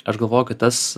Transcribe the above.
aš galvoju kad tas